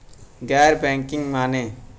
गैर बैंकिंग माने?